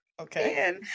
Okay